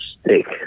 stick